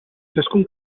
ciascun